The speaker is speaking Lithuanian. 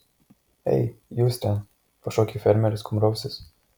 ei jūs ten pašaukė fermeris kurmrausis